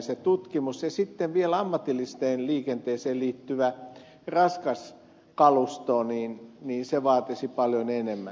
se tutkimus on varmasti hyvin epätasainen ammatilliseen liikenteeseen liittyvä raskas kalusto vaatisi paljon enemmän